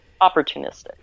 Opportunistic